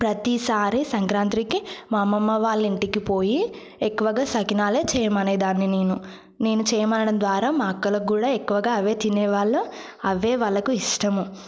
ప్రతిసారి సంక్రాంతికి మా అమ్మమ్మ వాళ్ళ ఇంటికి పోయి ఎక్కువగా సకినాలు చేయమనేదాన్ని నేను నేను చేయమనడం ద్వారా మా అక్కలకు కూడా ఎక్కువగా అవే తినేవాళ్లు అవే వాళ్లకు ఇష్టం